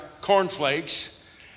cornflakes